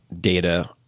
data